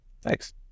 Thanks